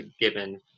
given